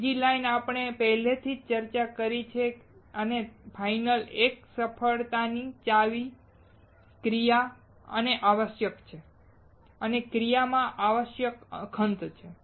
બીજી લાઇન આપણે પહેલેથી જ ચર્ચા કરી છે અને ફાઇનલ એક સફળતાની ચાવી ક્રિયા અને આવશ્યક છે અને ક્રિયામાં આવશ્યક ખંત છે